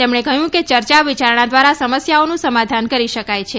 તેમણે કહ્યું કે ચર્ચા વિચારણા દ્વારા સમસ્યાઓનું સમાધાન કરી શકાય છે